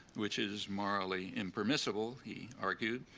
which is morally impermissible, he argued,